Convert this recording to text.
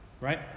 Right